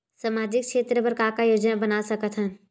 सामाजिक क्षेत्र बर का का योजना बना सकत हन?